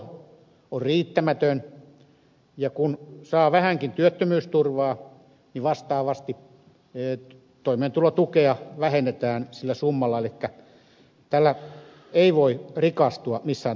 työttömyysturvan taso on riittämätön ja kun saa vähänkin työttömyysturvaa niin vastaavasti toimeentulotukea vähennetään sillä summalla elikkä tällä ei voi rikastua missään tapauksessa